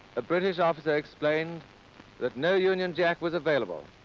a british officer explained that no union jack was available,